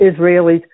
Israelis